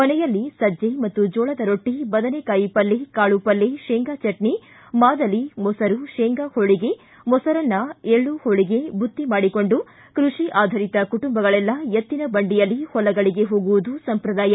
ಮನೆಯಲ್ಲಿ ಸಜ್ಜೆ ಮತ್ತು ಜೋಳದ ರೊಟ್ಟಿ ಬದನೆಕಾಯಿ ಪಲ್ಯೆ ಕಾಳು ಪಲ್ಯೆ ಶೇಂಗಾ ಚಟ್ನಿ ಮಾದಲಿ ಮೊಸರು ಶೇಂಗಾ ಹೊಳಿಗೆ ಮೊಸರನ್ನ ಎಳ್ಳು ಹೋಳಿಗೆ ಬುತ್ತಿ ಮಾಡಿಕೊಂಡು ಕೃಷಿ ಆಧರಿತ ಕುಟುಂಬಗಳೆಲ್ಲ ಎತ್ತಿನ ಬಂಡಿಯಲ್ಲಿ ಹೊಲಗಳಿಗೆ ಹೋಗುವುದು ಸಂಪ್ರದಾಯ